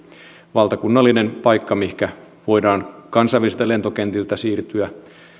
valtakunnallinen paikka mihinkä voidaan kansainvälisiltä lentokentiltä siirtyä